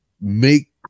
make